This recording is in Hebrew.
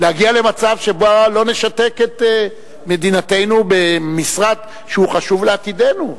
להגיע למצב שבו לא נשתק את מדינתנו במשרד שהוא חשוב לעתידנו,